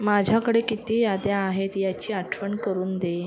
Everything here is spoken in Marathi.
माझ्याकडे किती याद्या आहेत याची आठवण करून दे